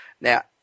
Now